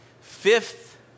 fifth